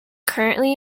currently